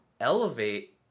elevate